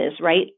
right